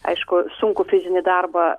aišku sunkų fizinį darbą